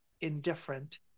indifferent